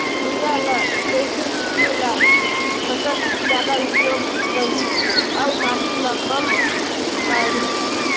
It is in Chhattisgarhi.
युरिया ल कइसे छीचे ल फसल जादा उपयोग करही अउ माटी म कम माढ़ही?